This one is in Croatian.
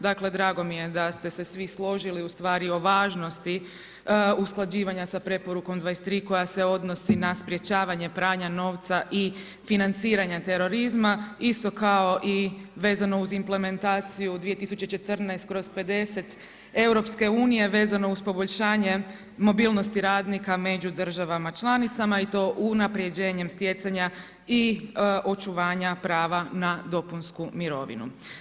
Dakle, drago mi je da ste se svi složili ustvari o važnosti usklađivanja sa preporukom 23 koja se odnosi na sprječavanje pranja novca i financiranja terorizma isto kao i vezano uz implementaciju 2014/50 EU vezano uz poboljšanje mobilnosti radnika među državama članicama i to unapređenjem stjecanja i očuvanja prava na dopunsku mirovinu.